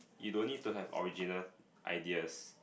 you don't need to have original ideas